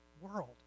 world